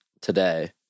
today